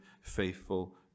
faithful